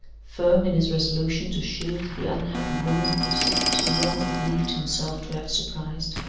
firm in his resolution to shield the unhappy woman whose secret he wrongly believed himself to have surprised,